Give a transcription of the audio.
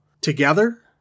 together